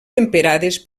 temperades